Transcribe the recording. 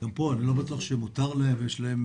גם פה, אני לא בטוח שמותר להם ויש להם